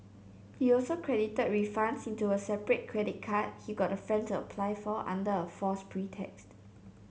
he also credited refunds into a separate credit card he got a friend to apply for under a false pretext